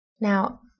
Now